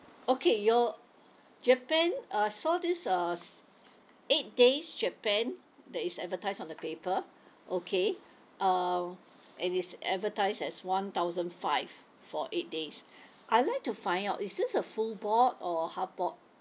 okay your japan uh I saw this uh eight days japan that is advertised on the paper okay uh and it's advertised as one thousand five for eight days I'd like to find out is this a full board or half board